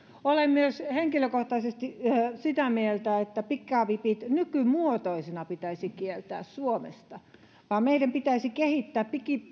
olen myös henkilökohtaisesti sitä mieltä että pikavipit nykymuotoisina pitäisi kieltää suomessa meidän pitäisi kehittää